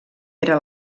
era